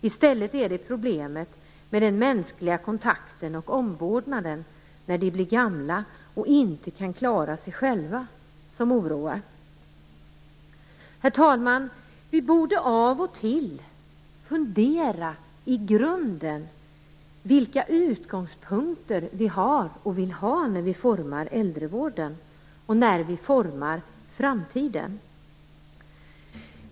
I stället är det problemet med den mänskliga kontakten och omvårdnaden när de blir gamla och inte kan klara sig själva som oroar. Herr talman! Vi borde av och till fundera i grunden vilka utgångspunkter vi vill ha när vi formar äldrevården och när vi formar vården i framtiden.